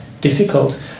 difficult